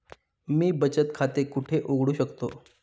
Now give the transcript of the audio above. मी बचत खाते कुठे उघडू शकतो?